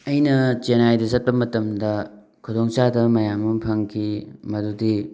ꯑꯩꯅ ꯆꯦꯟꯅꯥꯏꯗ ꯆꯠꯄ ꯃꯇꯝꯗ ꯈꯨꯗꯣꯡ ꯆꯥꯗꯕ ꯃꯌꯥꯝ ꯑꯃ ꯐꯪꯈꯤ ꯃꯗꯨꯗꯤ